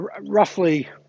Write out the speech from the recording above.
roughly